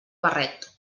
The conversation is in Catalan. barret